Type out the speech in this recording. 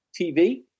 TV